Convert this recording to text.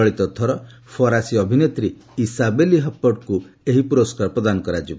ଚଳିତଥର ଫରାସୀ ଅଭିନେତ୍ରୀ ଇଶାବେଲି ହପର୍ଟଙ୍କୁ ଏହି ପୁରସ୍କାର ପ୍ରଦାନ କରାଯିବ